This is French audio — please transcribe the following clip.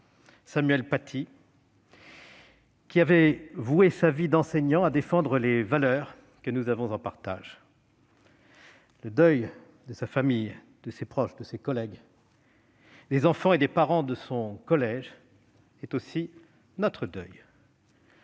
Samuel Paty, qui avait voué sa vie d'enseignant à défendre les valeurs que nous avons en partage. Le deuil de sa famille, de ses proches, de ses collègues, des enfants et des parents de son collège est aussi notre deuil.